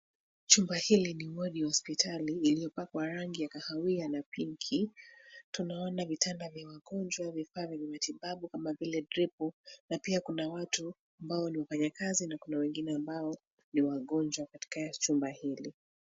Chumba hili ni wodi ya hospitali, iliyopakwa rangi ya kahawia na pinki. Tunaona vitanda vya wagonjwa, vifaa vya matibabu kama vile dripu na pia kuna watu ambao ni wafanyakazi na kuna wengine ambao ni wagonjwa katika chumba hili.